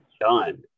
done